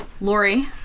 Lori